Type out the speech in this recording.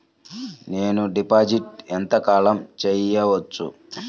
నేను డిపాజిట్ ఎంత కాలం చెయ్యవచ్చు?